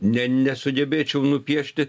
ne nesugebėčiau nupiešti